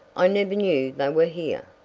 i never knew they were here.